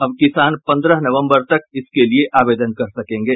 अब किसान पंद्रह नवंबर तक इसके लिये आवेदन कर सकेंगे